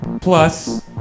plus